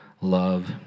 love